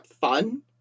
fun